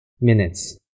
minutes